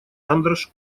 андраш